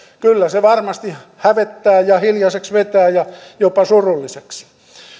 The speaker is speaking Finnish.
varmasti hävettää ja hiljaiseksi vetää ja jopa surulliseksi